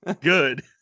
good